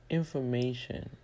information